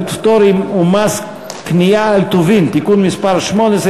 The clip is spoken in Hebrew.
והפטורים ומס קנייה על טובין (תיקון מס' 18),